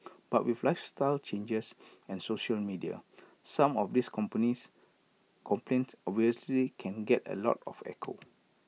but with lifestyle changes and social media some of these companies complaint obviously can get A lot of echo